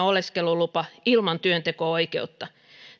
oleskelulupa ilman työnteko oikeutta